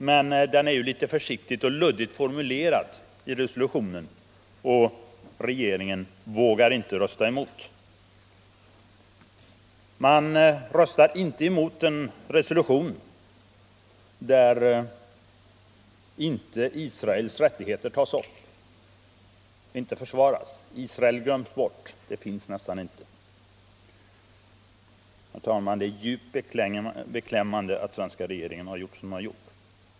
Men resolutionen är litet försiktigt och luddigt formulerad, och regeringen vågade inte rösta emot. Man röstade inte emot en resolution där inte Israels rättigheter tas upp och försvaras! Israel glöms bort, det finns nästan inte! Herr talman det är djupt beklämmande att den svenska regeringen har handlat som den har gjort.